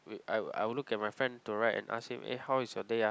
wait I would I would look at my friend to right and ask him eh how is your day uh